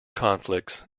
conflicts